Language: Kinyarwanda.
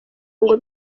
ngo